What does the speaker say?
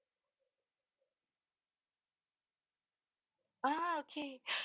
!wow! okay